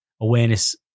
awareness